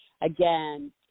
again